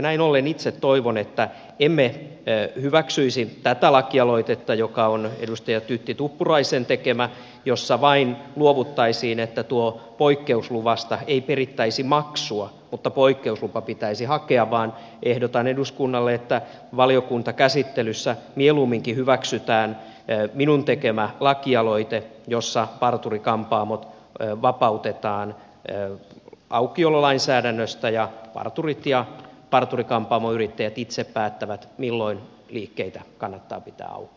näin ollen itse toivon että emme hyväksyisi tätä lakialoitetta joka on edustaja tytti tuppuraisen tekemä jossa luovuttaisiin vain siitä että poikkeusluvasta perittäisiin maksu mutta poikkeuslupa pitäisi hakea vaan ehdotan eduskunnalle että valiokuntakäsittelyssä mieluumminkin hyväksytään minun tekemäni lakialoite jossa parturi kampaamot vapautetaan aukiololainsäädännöstä ja parturit ja parturi kampaamoyrittäjät itse päättävät milloin liikkeitä kannattaa pitää auki